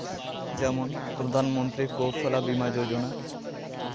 ᱡᱮᱢᱚᱱ ᱯᱨᱚᱫᱷᱟᱱ ᱢᱚᱱᱛᱨᱤ ᱠᱳᱥᱚᱞᱟ ᱵᱤᱢᱟ ᱡᱳᱡᱚᱱᱟ